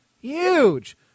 huge